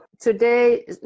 Today